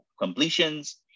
completions